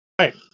Right